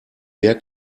der